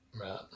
Right